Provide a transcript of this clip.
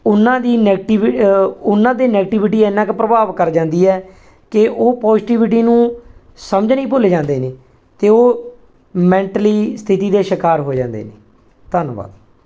ਉਹਨਾਂ ਦੀ ਨੈਗਟਿਵ ਅ ਉਹਨਾਂ 'ਤੇ ਨੈਗਟੀਵਿਟੀ ਇੰਨਾ ਕੁ ਪ੍ਰਭਾਵ ਕਰ ਜਾਂਦੀ ਹੈ ਕਿ ਉਹ ਪੋਜੀਟਿਵਿਟੀ ਨੂੰ ਸਮਝਣਾ ਹੀ ਭੁੱਲ ਜਾਂਦੇ ਨੇ ਅਤੇ ਉਹ ਮੈਂਟਲੀ ਸਥਿਤੀ ਦੇ ਸ਼ਿਕਾਰ ਹੋ ਜਾਂਦੇ ਨੇ ਧੰਨਵਾਦ